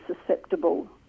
susceptible